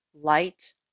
light